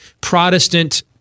Protestant